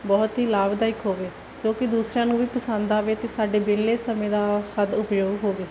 ਬਹੁਤ ਈ ਲਾਭਦਾਇਕ ਹੋਵੇ ਜੋ ਕੀ ਦੂਸਰਿਆਂ ਨੂੰ ਵੀ ਪਸੰਦ ਆਵੇ ਤੇ ਸਾਡੇ ਵਿਹਲੇ ਸਮੇਂ ਦਾ ਸਦਉਪਯੋਗ ਹੋਵੇ